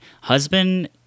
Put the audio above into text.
husband